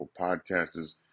podcasters